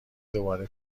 دوباره